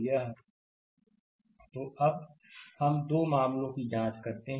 slide समय देखें 0305 तो अब हम 2 मामलों की जांच करते हैं